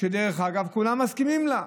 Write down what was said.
שדרך אגב, כולם מסכימים לה,